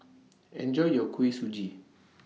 Enjoy your Kuih Suji